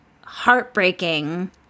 heartbreaking